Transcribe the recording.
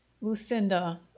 lucinda